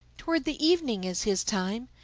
toward the evening is his time,